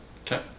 Okay